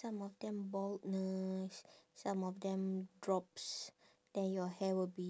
some of them baldness some of them drops then your hair will be